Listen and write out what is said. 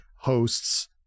hosts